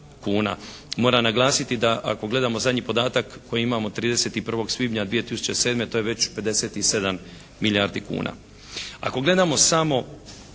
Moram naglasiti da ako gledamo zadnji podatak koji imamo 31. svibnja 2007. to je već 57 milijardi kuna. Ako gledamo samo